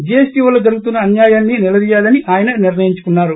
GST వల్ల జరుగుతున్న అన్యాయాన్ని నిలదీయాలని ఆయన నిర్ణయించుకున్నారు